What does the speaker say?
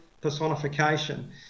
personification